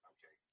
Okay